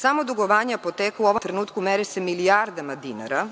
Samo dugovanja apoteka u ovom trenutku meri se milijardama dinara.